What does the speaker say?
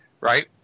right